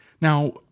Now